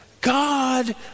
God